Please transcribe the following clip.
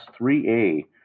3a